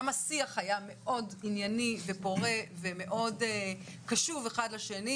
השיח היה מאוד ענייני ופורה ומאוד קשוב אחד לשני.